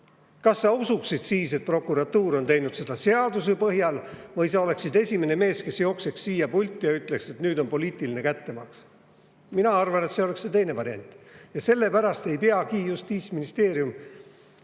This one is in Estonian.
Kas sa usuksid, et prokuratuur on teinud seda seaduse põhjal, või sa oleksid esimene mees, kes jookseks siia pulti ja ütleks, et nüüd on poliitiline kättemaks? Mina arvan, et see oleks see teine variant. Ja sellepärast ei peagi Justiitsministeerium,